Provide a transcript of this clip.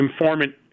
informant